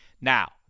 Now